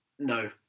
No